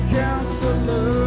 counselor